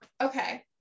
Okay